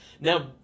now